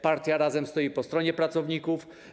Partia Razem stoi po stronie pracowników.